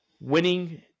winning –